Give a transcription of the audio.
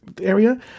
area